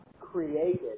created